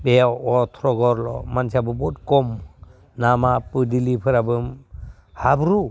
बेयाव अथ्र' घरल' मानसिया बहुद खम लामा फुदिलिफोराबो हाब्रु